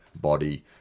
body